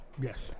Yes